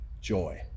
joy